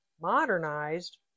modernized